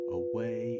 away